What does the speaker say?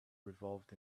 revolved